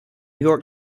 york